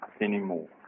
anymore